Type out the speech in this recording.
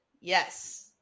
Yes